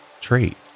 trait